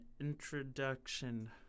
introduction